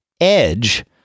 Edge